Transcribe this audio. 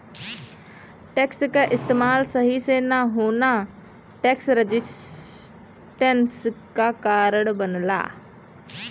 tax क इस्तेमाल सही से न होना टैक्स रेजिस्टेंस क कारण बनला